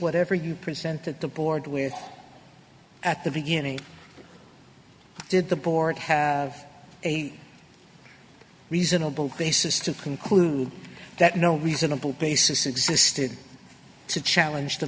whatever you presented the board with at the beginning did the board have a reasonable basis to conclude that no reasonable basis existed to challenge the